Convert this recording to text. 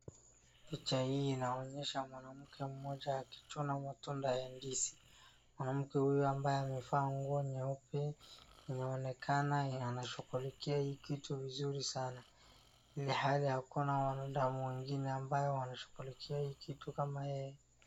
Picha hii inaonyesha mwanamke mmoja akichuna matunda ya ndizi. Mwanamke huyu ambaye amevaa nguo nyeupe inaonekana anashughulikia hii kitu vizuri sana, ilhali hakuna mtu mwingine ambaye wanashughulikia hii kitu kama yeye.